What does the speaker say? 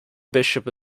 bishop